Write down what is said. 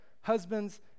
husbands